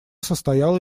состояла